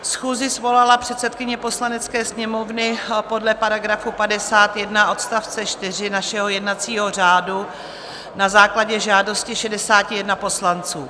Schůzi svolala předsedkyně Poslanecké sněmovny podle § 51 odst. 4 našeho jednacího řádu na základě žádosti 61 poslanců.